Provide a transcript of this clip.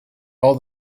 all